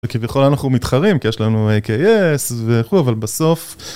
וכביכול אנחנו מתחרים, כי יש לנו AKS וכו', אבל בסוף...